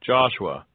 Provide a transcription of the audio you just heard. Joshua